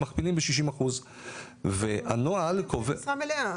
מכפילים ב-60 אחוז והנוהל -- זה משרה מלאה,